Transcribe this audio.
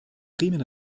riemen